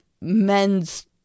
men's